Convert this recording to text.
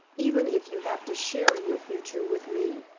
even if you have to share your future with me.